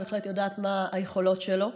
אני בהחלט יודעת מה היכולות שלו.